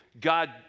God